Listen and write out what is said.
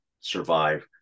survive